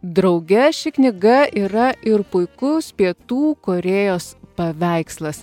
drauge ši knyga yra ir puikus pietų korėjos paveikslas